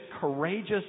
courageous